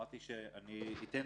אנחנו מחויבים להגיש